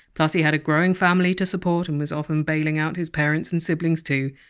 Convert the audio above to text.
plus he had a growing family to support, and was often bailing out his parents and siblings too.